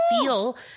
feel